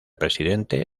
presidente